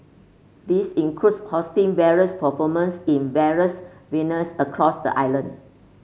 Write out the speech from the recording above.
this includes hosting various performers in various venues across the island